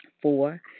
Four